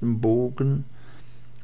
bogen